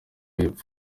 y’epfo